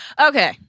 Okay